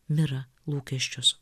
mira lūkesčius